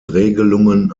regelungen